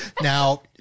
Now